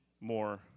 more